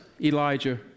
Elijah